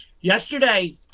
yesterday